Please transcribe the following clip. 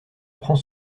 apprend